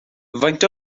faint